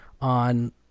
on